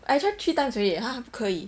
I try three times already eh !huh! 还不可以